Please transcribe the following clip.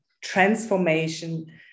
transformation